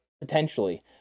potentially